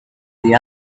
the